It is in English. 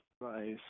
nice